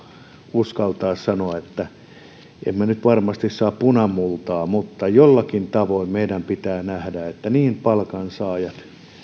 uskaltaa sanoa emme nyt varmasti saa punamultaa mutta jollakin tavoin meidän pitää niin palkansaajien